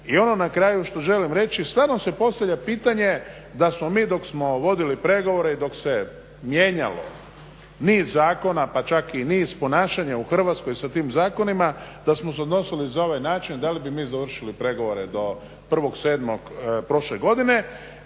I ono na kraju što želim reći, stvarno se postavlja pitanje da smo mi dok smo vodili pregovore i dok se mijenjalo niz zakona pa čak i niz ponašanja u Hrvatskoj sa tim zakonima, da smo se odnosili na ovaj način da li bi mi završili pregovore do 1.7. prošle godine.